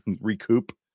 recoup